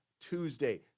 Tuesday